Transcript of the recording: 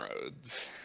roads